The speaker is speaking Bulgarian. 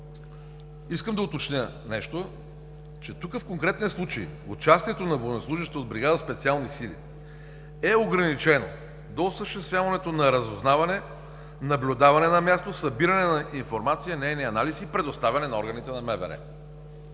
искам да уточня нещо, че тук в конкретния случай, участието на военнослужещ от бригада „Специални сили“ е ограничено до осъществяването на разузнаване, наблюдаване на място, събиране на информация, нейния анализ и предоставяне на органите на МВР.